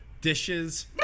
Dishes